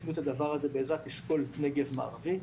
עשינו את הדבר הזה בעזרת אשכול נגב מערבי.